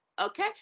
okay